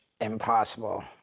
impossible